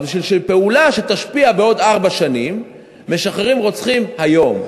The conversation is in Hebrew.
אז בשביל פעולה שתשפיע בעוד ארבע שנים משחררים רוצחים היום.